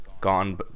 gone